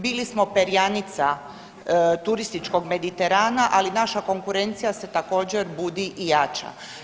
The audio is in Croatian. Bili smo perjanica turističkog Mediterana, ali naša konkurencija se također, budi i jača.